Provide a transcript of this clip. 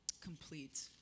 Complete